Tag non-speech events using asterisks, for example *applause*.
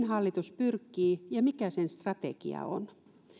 *unintelligible* hallitus pyrkii ja mikä sen strategia on